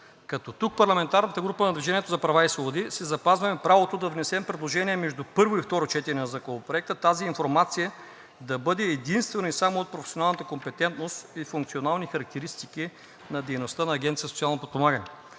лица. Тук парламентарната група на „Движение за права и свободи“ си запазваме правото да внесем предложения между първо и второ четене на Законопроекта – тази информация да бъде единствено и само от професионалната компетентност и функционални характеристики на дейността на Агенция „Социално подпомагане“.